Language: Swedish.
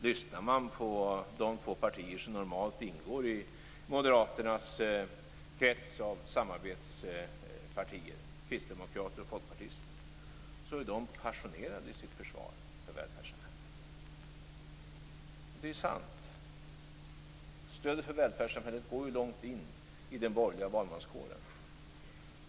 Lyssnar man på de två partier som normalt ingår i Moderaternas krets av samarbetspartier, Kristdemokraterna och Folkpartiet, är de passionerade i sitt försvar för välfärdssamhället. Det är sant. Stödet för välfärdssamhället går ju långt in i den borgerliga valmanskåren.